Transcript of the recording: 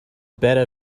beta